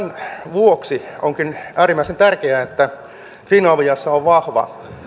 vuoksi onkin äärimmäisen tärkeää että finaviassa on vahva